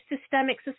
systemic